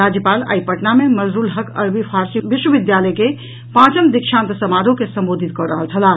राज्यपाल आइ पटना मे मजहरूल हक अरबी फारसी विश्वविद्यालय के पांचम दीक्षांत समारोह के संबोधित कऽ रहल छलाह